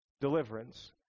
deliverance